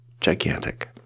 gigantic